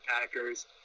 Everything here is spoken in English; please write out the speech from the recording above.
Packers